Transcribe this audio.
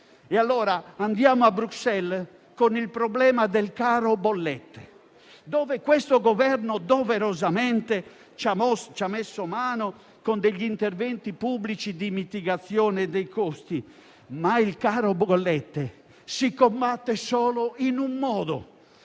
andiamo a Bruxelles con il problema del caro bollette, su cui il Governo doverosamente ha messo mano con interventi pubblici di mitigazione dei costi, ma si combatte solo in un modo: